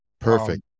Perfect